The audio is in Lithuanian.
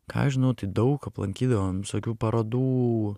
ką aš žinau tai daug aplankydavom visokių parodų